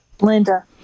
Linda